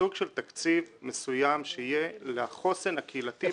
סוג של תקציב מסוים שיהיה לחוסן הקהילתי בשעת חירום.